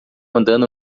andando